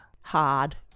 Hard